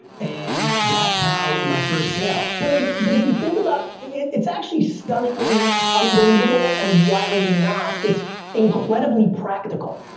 and that's how my first sale but like, but if you think about, it's actually stunningly unbelievable and wildly not, it's incredibly practical.